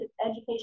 education